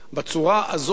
בצורה הזאת,